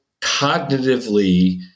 cognitively